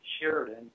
Sheridan